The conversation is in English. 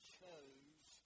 chose